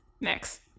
next